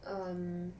um